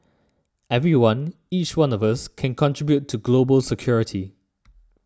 everyone each one of us can contribute to global security